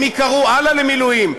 ייקראו הלאה למילואים,